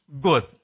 good